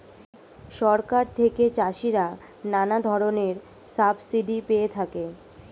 সরকার থেকে চাষিরা নানা ধরনের সাবসিডি পেয়ে থাকে